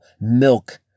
milk